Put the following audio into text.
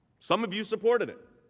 some of you supported it.